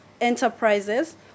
enterprises